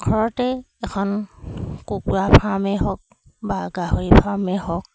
ঘৰতে এখন কুকুৰা ফাৰ্মেই হওক বা গাহৰি ফাৰ্মেই হওক